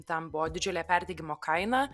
tam buvo didžiulė perdegimo kaina